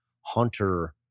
Hunter